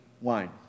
wine